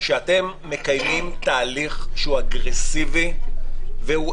שאתם מקיימים תהליך שהוא אגרסיבי והוא